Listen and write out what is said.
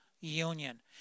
union